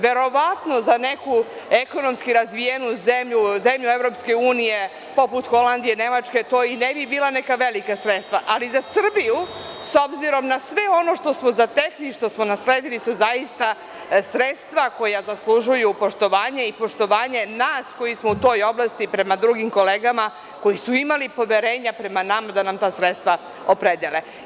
Verovatno za neku ekonomski razvijenu zemlju, zemlju EU poput Holandije, Nemačke, to i ne bi bila neka velika sredstva, ali za Srbiju, s obzirom na sve ono što smo zatekli i što smo nasledili su zaista sredstva koja zaslužuju poštovanje i poštovanje nas koji smo u toj oblasti prema drugim kolegama koji su imali poverenja prema nama da nam ta sredstva opredele.